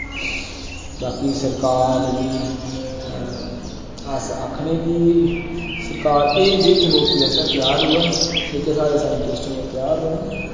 बाकी सरकार गी अस आखने कि सरकार एह् जेह् चनौती आस्तै त्यार रोऐ जेह्के साढ़े साइंटिस्ट न ओह् त्यार रौह्न